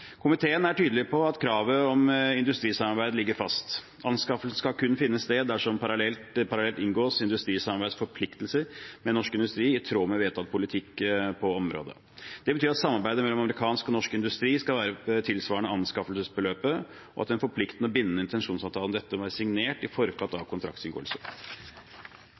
Komiteen er tydelig på at kravet om industrisamarbeid ligger fast. Anskaffelse skal kun finne sted dersom det parallelt inngås industrisamarbeidsforpliktelser med norsk industri i tråd med vedtatt politikk på området. Det betyr at samarbeidet mellom amerikansk og norsk industri skal være tilsvarende anskaffelsesbeløpet, og at en forpliktende og bindende intensjonsavtale om dette må være signert i forkant av